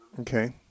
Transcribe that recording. Okay